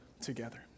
together